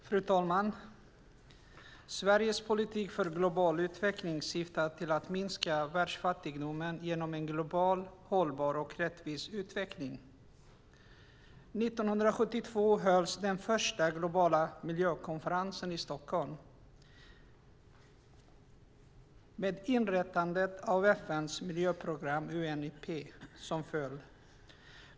Fru talman! Sveriges politik för global utveckling syftar till att minska världsfattigdomen genom en globalt hållbar och rättvis utveckling. År 1972 hölls den första globala miljökonferensen i Stockholm med inrättandet av FN:s miljöprogram, Unep, som följd.